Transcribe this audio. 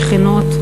שכנות,